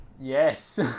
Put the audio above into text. yes